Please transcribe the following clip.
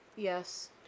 Yes